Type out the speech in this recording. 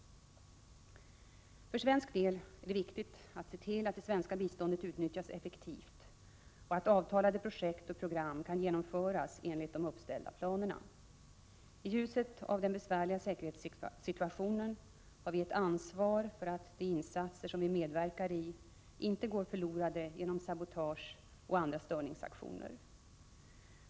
För svensk del är det viktigt att se till att det svenska biståndet utnyttjas effektivt och att avtalade projekt och program kan genomföras enligt de uppställda planerna. I ljuset av den besvärliga säkerhetssituationen har vi ett ansvar för att de insatser som vi medverkar i inte går förlorade genom sabotage och andra störningsaktioner.